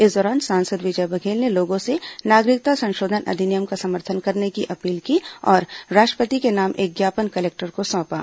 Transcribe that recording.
इस दौरान सांसद विजय बघेल ने लोगों से नागरिकता संशोधन अधिनियम का समर्थन करने की अपील की और राष्ट्रपति के नाम एक ज्ञापन कलेक्टर को सौंपा